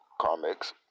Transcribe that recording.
Comics